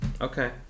okay